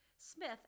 Smith